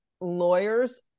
lawyers